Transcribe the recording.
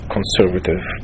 conservative